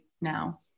now